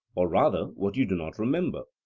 or rather what you do not remember.